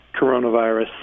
coronavirus